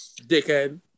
dickhead